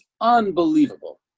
unbelievable